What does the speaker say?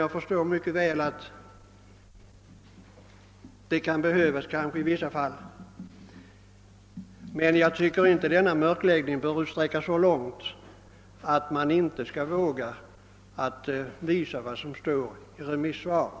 Jag förstår mycket väl att det tillvägagångssättet kan behövas i vissa fall, men jag tycker inte att denna mörkläggning bör utsträckas så långt att man inte vågar visa vad som står i remissvaren.